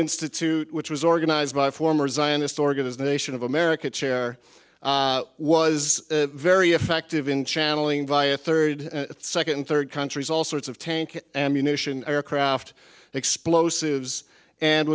institute which was organized by a former zionist organization of america chair was very effective in channeling via third second third countries all sorts of tank ammunition aircraft explosives and